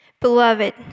Beloved